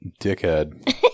dickhead